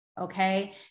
Okay